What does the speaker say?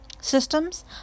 systems